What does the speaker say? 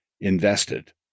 invested